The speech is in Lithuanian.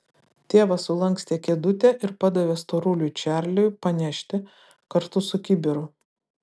tėvas sulankstė kėdutę ir padavė storuliui čarliui panešti kartu su kibiru